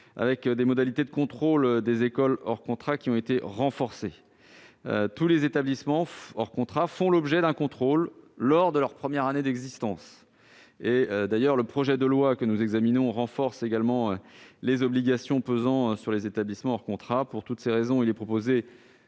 outre, les modalités de contrôle des écoles hors contrat ont été renforcées. Ainsi, tous les établissements hors contrat font l'objet d'un contrôle lors de leur première année d'existence. Le projet de loi que nous examinons vise également à renforcer les obligations pesant sur les établissements hors contrat. Pour toutes ces raisons, il est proposé